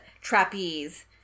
trapeze